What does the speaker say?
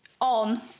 On